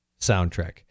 soundtrack